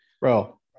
bro